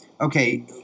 Okay